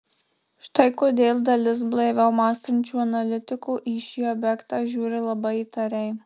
štai kodėl dalis blaiviau mąstančių analitikų į šį objektą žiūri labai įtariai